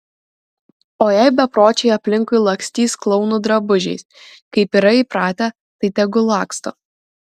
o jei bepročiai aplinkui lakstys klounų drabužiais kaip yra įpratę tai tegul laksto